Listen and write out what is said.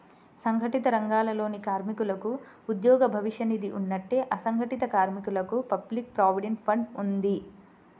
సంఘటిత రంగాలలోని కార్మికులకు ఉద్యోగ భవిష్య నిధి ఉన్నట్టే, అసంఘటిత కార్మికులకు పబ్లిక్ ప్రావిడెంట్ ఫండ్ ఉంది